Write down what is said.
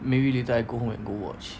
maybe later I go home and go watch